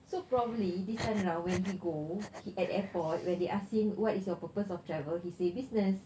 so probably this time round when he go he at airport where they ask him what is your purpose of travel he say business